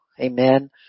Amen